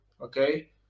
okay